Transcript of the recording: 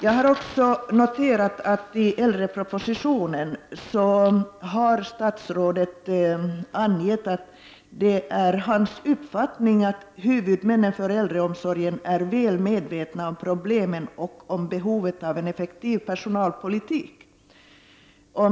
Jag har också noterat att statsrådet i äldrepropositionen har angett att det är hans uppfattning att huvudmännen för äldreomsorgen är väl medvetna om problemen och behovet av en effektiv personalpolitik.